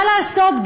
מה לעשות,